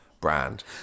brand